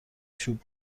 چوب